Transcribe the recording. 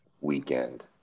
weekend